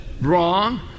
wrong